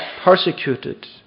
persecuted